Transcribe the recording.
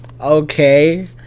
okay